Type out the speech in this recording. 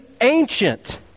ancient